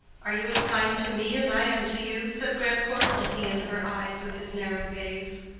are you as kind to me as i am to you? said grandcourt, looking into her eyes with his narrow gaze.